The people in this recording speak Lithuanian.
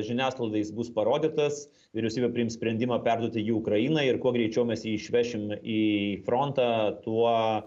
žiniasklaidai jis bus parodytas vyriausybė priims sprendimą perduoti jį ukrainai ir kuo greičiau mes jį išvešim į frontą tuo